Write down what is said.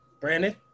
Brandon